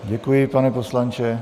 Děkuji, pane poslanče.